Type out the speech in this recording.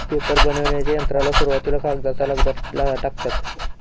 paper बनविण्याच्या यंत्रात सुरुवातीला कागदाचा लगदा टाकतात